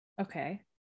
Okay